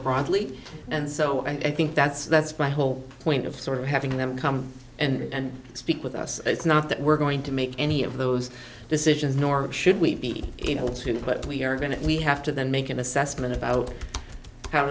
broadly and so and i think that's that's my whole point of sort of having them come and speak with us it's not that we're going to make any of those decisions nor should we be able to put we are going to we have to then make an assessment about how